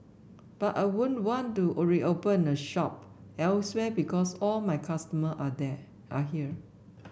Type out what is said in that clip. but I wouldn't want to reopen a shop elsewhere because all my customer are there are here